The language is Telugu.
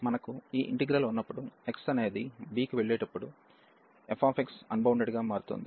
మనకు ఈ ఇంటిగ్రల్ ఉన్నప్పుడు x అనేది b కి వెళ్ళేటప్పుడు f అన్బౌండెడ్ గా మారుతుంది